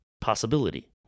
possibility